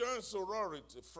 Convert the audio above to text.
sorority